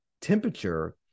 temperature